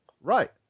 Right